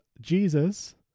Jesus